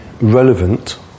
relevant